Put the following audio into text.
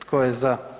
Tko je za?